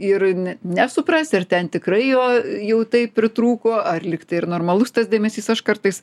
ir ne nesuprasi ar ten tikrai jo jau taip pritrūko ar lyg tai ir normalus tas dėmesys aš kartais